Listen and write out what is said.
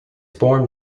form